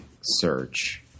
search